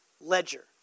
ledger